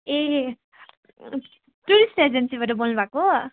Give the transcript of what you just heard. ए tourist एजेन्सीबाट बोल्नुभएको